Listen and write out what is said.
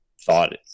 thought